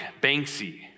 Banksy